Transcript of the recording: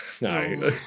No